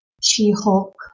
She-Hulk